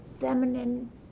feminine